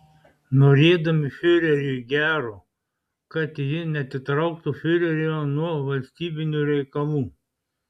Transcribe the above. norėdami fiureriui gero kad ji neatitrauktų fiurerio nuo valstybinių reikalų